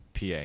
pa